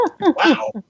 Wow